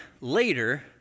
later